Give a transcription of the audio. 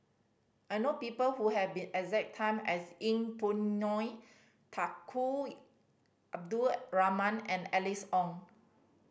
I know people who have been as exact time as Yeng Pway Ngon Tunku Abdul Rahman and Alice Ong